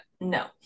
no